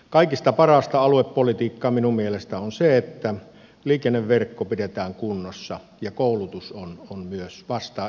kaikista parasta aluepolitiikkaa minun mielestäni on se että liikenneverkko pidetään kunnossa ja koulutus myös vastaa elinkeinoelämän tarpeita